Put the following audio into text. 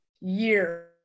year